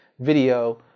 video